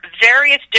various